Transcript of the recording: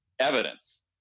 evidence